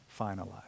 finalized